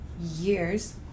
years